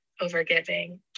over-giving